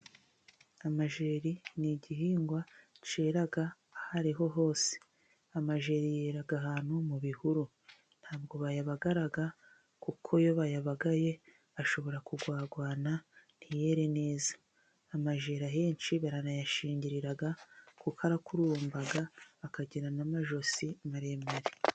Amajeri ni igihingwa cyera aho ariho hose, amajeri yera ahantu mu bihuru ntabwo bayabagara kuko iyo bayabagaye ashobora kugwagwana ntiyere neza. Amajera ahenshi baranayashingirira kuko arakurumba akagira n'amajosi maremare.